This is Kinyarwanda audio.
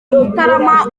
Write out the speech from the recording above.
mutarama